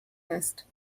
ist